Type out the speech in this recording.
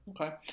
okay